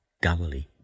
Galilee